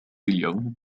اليوم